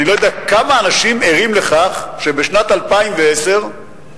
אני לא יודע כמה אנשים ערים לכך שבשנת 2010 הזירה,